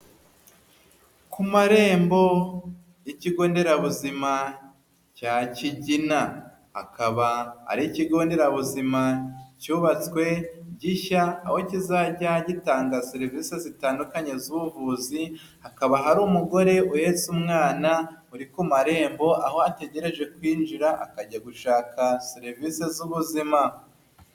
Ku marembo y'ikigo nderabuzima cya Kigina, akaba ari ikigo nderabuzima cyubatswe gishya aho kizajya gitanga serivisi zitandukanye z'ubuvuzi, hakaba hari umugore uhetse umwana uri ku marembo aho ategereje kwinjira akajya gushaka serivise z'ubuzima.